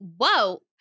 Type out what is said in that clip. whoa